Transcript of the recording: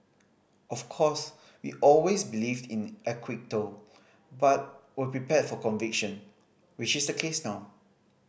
of course we always believed in acquittal but were prepared for conviction which is the case now